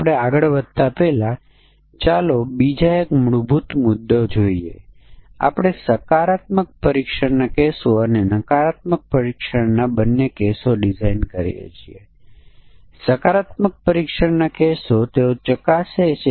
આપણે ફક્ત જોશું કે તેઓ કેમ ભૂલો કરે છે અને પછી કોઈપણ પ્રોગ્રામ આપવામાં આવે તે જરૂરી છે કે આપણે બાઉન્ડ્રી મૂલ્યોનું પરીક્ષણ કરીએ કારણ કે ત્યાં ભૂલોનું મોટું જોખમ છે